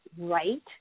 Right